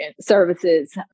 services